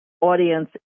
audience